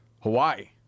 hawaii